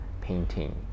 painting